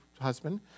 husband